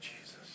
Jesus